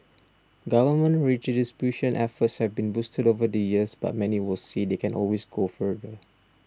government redistribution efforts have been boosted over the years but many would say they can always go further